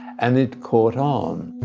and it caught on.